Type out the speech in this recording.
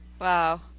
wow